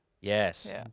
Yes